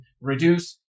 reduce